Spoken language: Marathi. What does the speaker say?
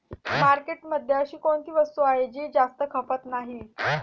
मार्केटमध्ये अशी कोणती वस्तू आहे की जास्त खपत नाही?